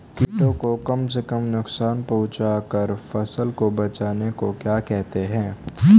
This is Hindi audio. कीटों को कम से कम नुकसान पहुंचा कर फसल को बचाने को क्या कहते हैं?